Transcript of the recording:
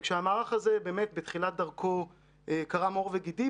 כשהמערך הזה באמת בתחילת דרכו קרם עור וגידים,